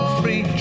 free